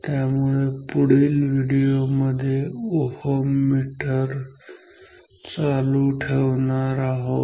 त्यामुळे पुढील व्हिडिओमध्ये ओहममीटर चालू ठेवणार आहोत